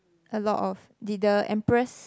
a lot of did the empress